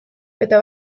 eta